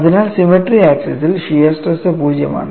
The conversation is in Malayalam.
അതിനാൽ സിമട്രി ആക്സിൽ ഷിയർ സ്ട്രെസ് 0 ആണ്